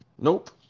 Nope